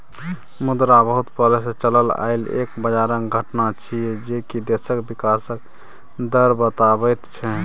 मुद्रा बहुत पहले से चलल आइल एक बजारक घटना छिएय जे की देशक विकासक दर बताबैत छै